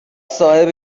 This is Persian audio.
صاحب